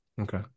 okay